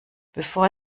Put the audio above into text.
bevor